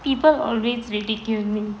people always ridiculed me